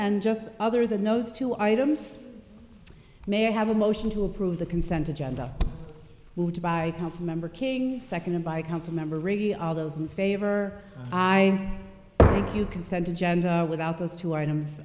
and just other than those two items may have a motion to approve the consent agenda moved by council member king seconded by council member radio all those in favor i think you can send agenda without those two items